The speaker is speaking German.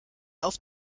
auf